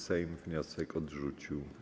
Sejm wniosek odrzucił.